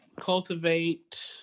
cultivate